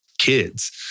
kids